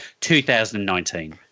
2019